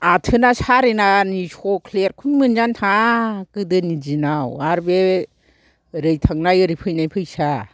आथोना सारेनानि चकलेरखौनो मोनजानो थाङा गोदोनि दिनाव आर बे ओरै थांनाय ओरै फैनाय फैसा